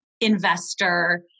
investor